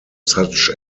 such